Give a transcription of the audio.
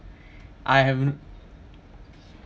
I haven't